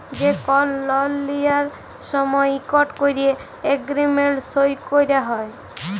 যে কল লল লিয়ার সময় ইকট ক্যরে এগ্রিমেল্ট সই ক্যরা হ্যয়